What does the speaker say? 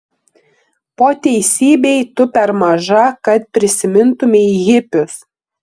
po teisybei tu per maža kad prisimintumei hipius